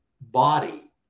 body